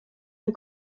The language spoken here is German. der